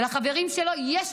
לחברים שלו יש תיקים.